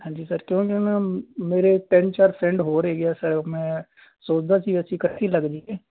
ਹਾਂਜੀ ਸਰ ਕਿਉਂਕਿ ਮੈਂ ਮੇਰੇ ਤਿੰਨ ਚਾਰ ਫਰੈਂਡ ਹੋਰ ਹੈਗੇ ਆ ਫਿਰ ਮੈਂ ਸੋਚਦਾ ਸੀ ਅਸੀਂ ਇਕੱਠੇ ਹੀ ਲੱਗ ਜਾਈਏ